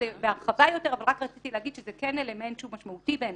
בהרחבה אבל רק רציתי להגיד שזה כן אלמנט שהוא משמעותי בעינינו.